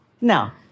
Now